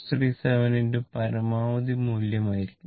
637 പരമാവധി മൂല്യം ആയിരിക്കും